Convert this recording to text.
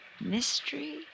mystery